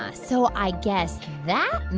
ah so i guess that